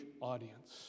audience